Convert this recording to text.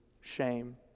shame